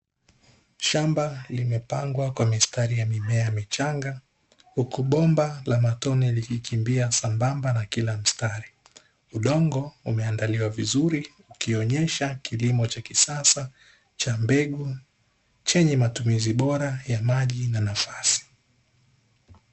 Shamba limepangwa kwa mistari ya mimea michanga huku bomba la matone likikimbia sambamba na kila mstari, udongo umeandaliwa vizuri ukionyesha kilimo cha kisasa cha mbegu chenye matumizi bora ya maji na nafasi.